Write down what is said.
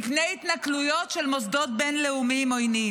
הביטחון ונבחרי ציבור מפני התנכלויות של מוסדות בין-לאומיים עוינים.